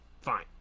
Fine